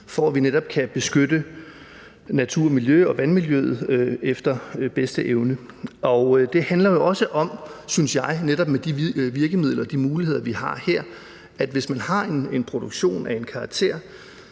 for at vi netop kan beskytte naturen og miljøet og vandmiljøet efter bedste evne. Det handler jo, synes jeg, netop også om med de virkemidler og de muligheder, som vi har her, at der, hvis man har en produktion af en bestemt